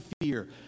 fear